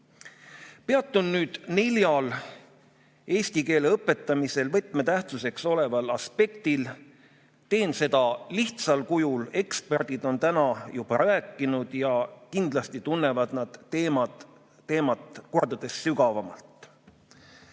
nüüd neljal eesti keele õpetamisel võtmetähtsusega aspektil. Teen seda lihtsal kujul. Eksperdid on täna juba rääkinud ja kindlasti tunnevad nad teemat kordades sügavamalt.